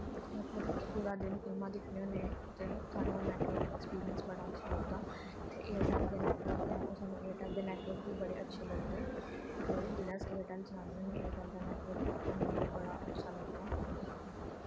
मतलब कि पूरा दिन फिल्मां दिक्खने होन्ने ते सानूं नैटवर्क ऐक्सपिरियंस बड़ा अच्छा लगदा इत्थे एयरटैल दे नैटवर्क ऐ ओह् सानू एयरटैल दे नैटवर्क बी बड़े अच्छे लगदे ते जिसलै अस एयरटैल चलाने होन्ने एयरटैल्ल दा नैटवर्क सानूं बड़ा अच्छा लगदा